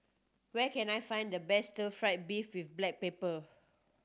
where can I find the best Stir Fry beef with black pepper